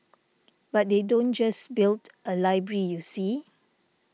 but they don't just build a library you see